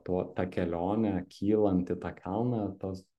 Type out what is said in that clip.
tuo ta kelione kylant į tą kalną tos